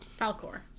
Falcor